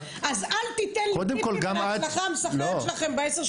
אז אל תיתן לי טיפים עם ההצלחה המסחררת שלכם בעשר שנים האחרונות.